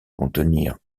contenir